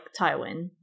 Tywin